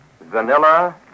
vanilla